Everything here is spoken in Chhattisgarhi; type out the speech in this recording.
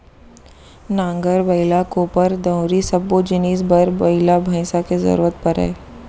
नांगर, बइला, कोपर, दउंरी सब्बो जिनिस बर बइला भईंसा के जरूरत परय